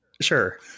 Sure